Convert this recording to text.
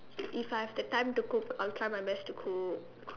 if I have the time to cook I'll try my best to cook